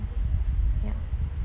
ya